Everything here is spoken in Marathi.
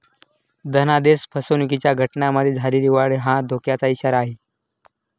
धनादेश फसवणुकीच्या घटनांमध्ये झालेली वाढ हा धोक्याचा इशारा आहे